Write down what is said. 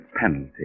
penalty